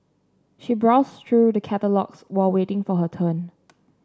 she browsed through the catalogues while waiting for her turn